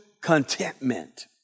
contentment